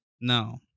No